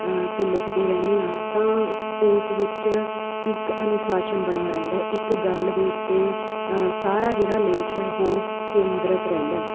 ਅਤੇ ਲਿਖਦੇ ਰਹਿੰਦੇ ਹਾਂ ਤਾਂ ਉਸ ਵਿੱਚ ਇੱਕ ਅਨੁਸ਼ਾਸਨ ਬਣਿਆ ਰਹਿੰਦਾ ਇੱਕ ਗੱਲ ਦੇ ਉੱਤੇ ਸਾਰਾ ਜਿਹੜਾ ਲੇਖ ਹੈ ਉਹ ਕੇਂਦਰਿਤ ਰਹਿੰਦਾ